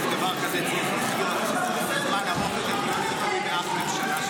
דבר כזה צריך זמן ארוך יותר מכל ממשלה,